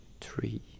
three